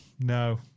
no